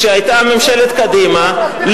כשהיתה ממשלת קדימה,